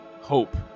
hope